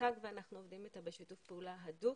מותג ואנחנו עובדים איתה בשיתוף פעולה הדוק.